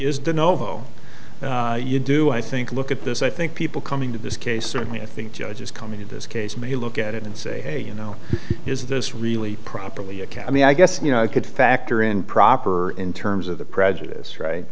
dunno you do i think look at this i think people coming to this case certainly i think judges coming to this case may look at it and say hey you know is this really properly academy i guess you know it could factor in proper in terms of the prejudice right